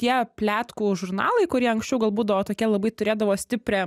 tie pletkų žurnalai kurie anksčiau gal būdavo tokie labai turėdavo stiprią